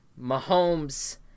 Mahomes